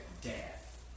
death